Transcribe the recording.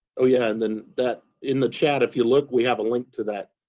oh yeah, and then that, in the chat if you look we have a link to that